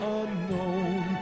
unknown